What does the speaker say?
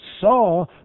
saw